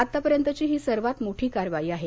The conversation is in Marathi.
आतापर्यंतची ही सर्वात मोठी कारवाई आहे